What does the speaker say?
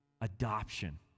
Adoption